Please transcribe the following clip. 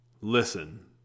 Listen